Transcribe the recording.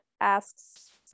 asks